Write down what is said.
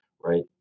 right